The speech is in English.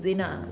mm